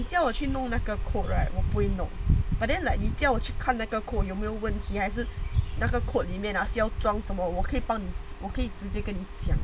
你叫我去弄那个 code right 我不会 no but then like 你叫我去看那个 code 有没有问题还是那个 code 里面那些装什么我可以帮我可以直接跟你讲